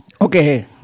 Okay